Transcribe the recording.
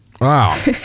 Wow